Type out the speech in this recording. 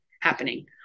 happening